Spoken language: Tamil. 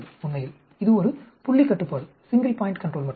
உண்மையில் இது ஒரு புள்ளி கட்டுப்பாடு மட்டுமே